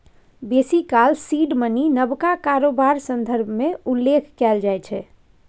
बेसी काल seed money नबका कारोबार संदर्भ मे उल्लेख कएल जाइ छै